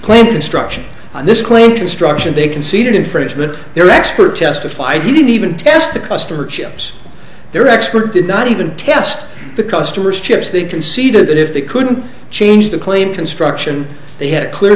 instruction on this claim construction they conceded infringement their expert testified he didn't even test the customer chips their expert did not even test the customer's chips they conceded that if they couldn't change the claim construction they had a clear